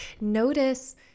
notice